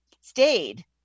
stayed